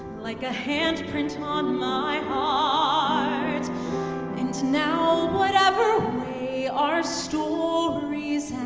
like a handprint on my ah heart and now whatever way our stories